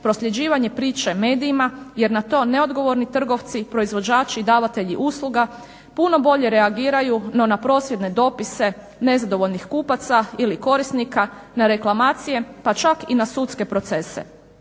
prosljeđivanje priče medijima jer na to neodgovorni trgovci, proizvođači i davatelji usluga puno bolje reagiraju no na prosvjedne dopise nezadovoljnih kupaca ili korisnika na reklamacije pa čak i na sudske procese.